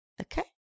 Okay